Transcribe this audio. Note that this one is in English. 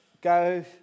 go